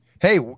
Hey